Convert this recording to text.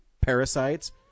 parasites